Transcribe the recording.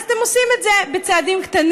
אז אתם עושים את זה בצעדים קטנים,